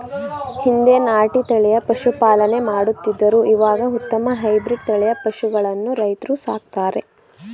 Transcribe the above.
ಹಿಂದೆ ನಾಟಿ ತಳಿಯ ಪಶುಪಾಲನೆ ಮಾಡುತ್ತಿದ್ದರು ಇವಾಗ ಉತ್ತಮ ಹೈಬ್ರಿಡ್ ತಳಿಯ ಪಶುಗಳನ್ನು ರೈತ್ರು ಸಾಕ್ತರೆ